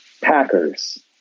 Packers